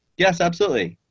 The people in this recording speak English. yes, absolutely.